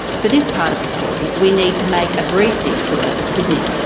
for this part of the story, we need to make a brief detour to sydney.